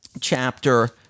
chapter